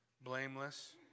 blameless